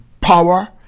power